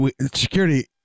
security